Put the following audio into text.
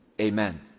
Amen